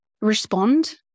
respond